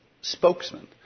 spokesman